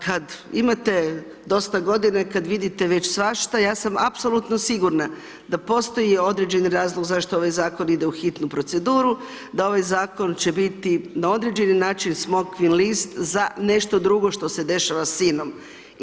Ka imate dosta godina i kada vidite već svašta ja sam apsolutno sigurna da postoji određeni razlog zašto ovaj zakon ide u hitnu proceduru, da ovaj zakon će biti na određeni način smokvin list za nešto drugo što se dešava sa INA-om.